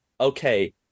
okay